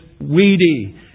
weedy